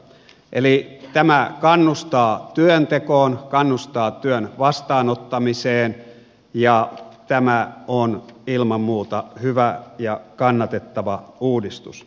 tämä kannustaa työntekoon kannustaa työn vastaanottamiseen ja tämä on ilman muuta hyvä ja kannatettava uudistus